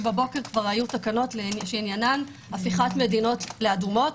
בבוקר כבר היו תקנות שעניינן הפיכת מדינות לאדומות,